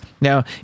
Now